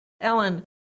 Ellen